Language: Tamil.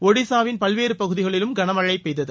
ஒடிஷாவின் பல்வேறு பகுதிகளில் கனமழை பெய்தது